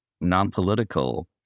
non-political